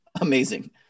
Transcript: Amazing